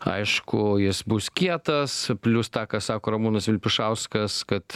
aišku jis bus kietas plius tą ką sako ramūnas vilpišauskas kad